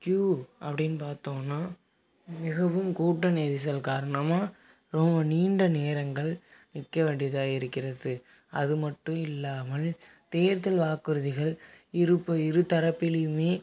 Q அப்படின்னு பார்த்தோனா மிகவும் கூட்டம் நெரிசல் காரணமாக ரொம்ப நீண்ட நேரங்கள் நிற்க வேண்டியதாக இருக்கிறது அது மட்டும் இல்லாமல் தேர்தல் வாக்குறுதிகள் இருப் இரு தரப்பிலுமே